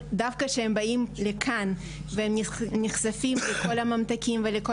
דווקא שהם באים לכאן ונחשפים לכל הממתקים ולכל